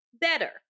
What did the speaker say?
better